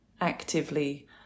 actively